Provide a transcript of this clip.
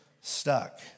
stuck